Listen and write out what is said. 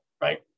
right